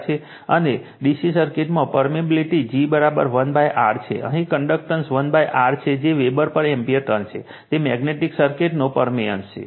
અને DC સર્કિટમાં permeability g 1 R છે અહીં કન્ડક્ટન્સ 1 R છે જે વેબર પર એમ્પીયર ટર્ન્સ છે તે મેગ્નેટિક સર્કિટનો પરમેઅન્સ છે